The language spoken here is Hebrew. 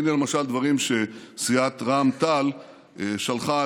הינה למשל דברים שסיעת רע"ם-תע"ל שלחה,